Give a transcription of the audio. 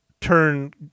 turn